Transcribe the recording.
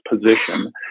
position